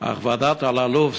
אך ועדת אלאלוף,